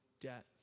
debt